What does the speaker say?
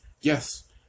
yes